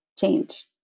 change